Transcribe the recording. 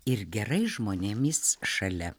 ir gerais žmonėmis šalia